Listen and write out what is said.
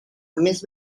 més